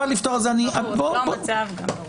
זה לא המצב.